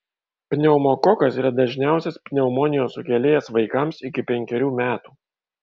pneumokokas yra dažniausias pneumonijos sukėlėjas vaikams iki penkerių metų